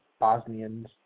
Bosnians